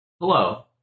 Hello